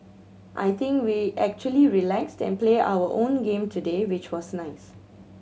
I think we actually relaxed and play our own game today which was nice